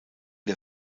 der